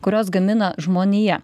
kuriuos gamina žmonija